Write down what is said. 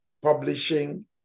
publishing